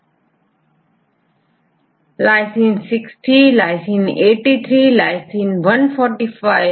तो इन्होंने glycationऔर दूसरे पोस्ट ट्रांसलेशनल मोडिफिकेशन की साइट भी दी है